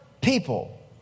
people